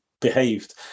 behaved